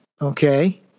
Okay